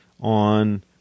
on